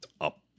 up